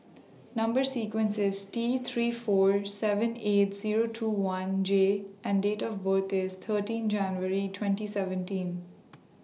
Number sequence IS T three four seven eight Zero two one J and Date of birth IS thirteen January twenty seventeen